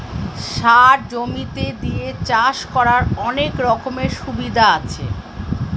সার জমিতে দিয়ে চাষ করার অনেক রকমের সুবিধা আছে